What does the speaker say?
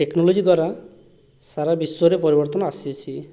technology ଦ୍ଵାରା ସାରା ବିଶ୍ଵରେ ପରିବର୍ତ୍ତନ ଆସିଛି